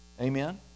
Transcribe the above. Amen